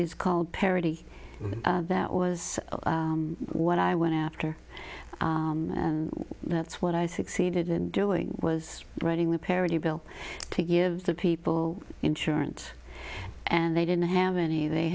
is called parity that was what i went after that's what i succeeded in doing was writing the parody bill to give the people insurance and they didn't have any they